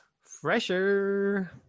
Fresher